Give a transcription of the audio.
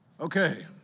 Okay